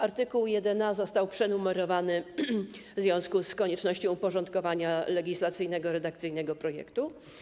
Art. 1a został przenumerowany w związku z koniecznością uporządkowania legislacyjnego, redakcyjnego projektu.